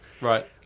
Right